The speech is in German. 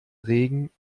regen